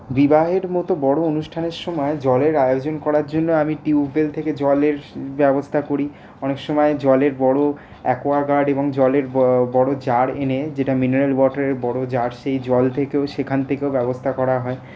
বিবাহের মত বড়ো অনুষ্ঠানের সময় জলের আয়োজন করার জন্য আমি টিউবওয়েল থেকে জলের ব্যবস্থা করি অনেক সময় জলের বড়ো অ্যাকোয়াগার্ড এবং জলের ব বড়ো জার এনে যেটা মিনারেল ওয়াটারের বড়ো জার সেই জল থেকেও সেখান থেকেও ব্যবস্থা করা হয়